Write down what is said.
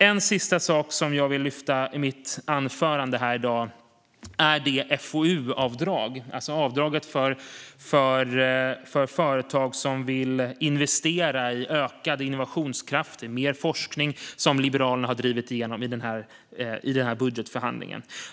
En sista sak jag vill lyfta fram i mitt anförande är det FoU-avdrag, ett avdrag för företag som vill investera i ökad innovationskraft och mer forskning, som Liberalerna har drivit igenom i den här budgetförhandlingen.